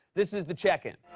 this is the check in.